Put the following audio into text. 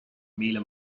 míle